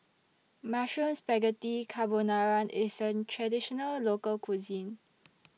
Mushroom Spaghetti Carbonara IS An Traditional Local Cuisine